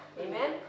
Amen